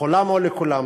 לכּולם או לכולם?